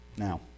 Now